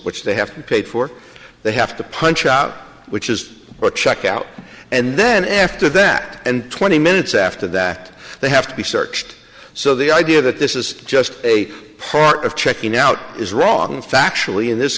which they have to pay for they have to punch out which is a check out and then after that and twenty minutes after that they have to be searched so the idea that this is just a part of checking out is wrong the fact actually in this